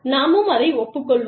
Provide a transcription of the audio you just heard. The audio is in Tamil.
நாமும் அதை ஒப்புக்கொள்வோம்